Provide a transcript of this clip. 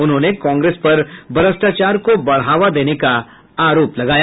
उन्होंने कांग्रेस पर भ्रष्टाचार को बढ़ावा देने का आरोप लगाया